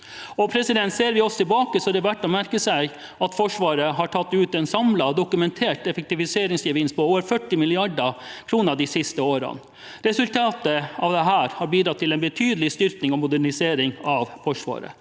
Og ser vi oss tilbake, er det verdt å merke seg at Forsvaret har tatt ut en samlet, dokumentert effektiviseringsgevinst på over 40 mrd. kr de siste årene. Resultatet av dette har bidratt til en betydelig styrking og modernisering av Forsvaret.